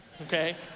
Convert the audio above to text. okay